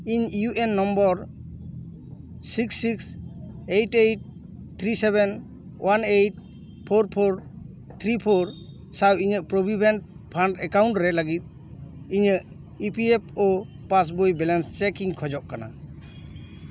ᱤᱧ U A N number six six eight eight three seven one eight four four three four ᱥᱟᱶ ᱤᱧᱟᱹᱜ provident fund account ᱨᱮ ᱞᱟᱹᱜᱤᱫ ᱤᱧᱟᱹᱜ E P F O passbook balance check ᱤᱧ ᱠᱷᱚᱡᱚᱜ ᱠᱟᱱᱟ